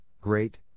great